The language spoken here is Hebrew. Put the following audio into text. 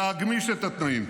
להגמיש את התנאים,